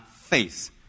face